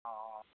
অঁ